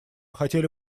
хотели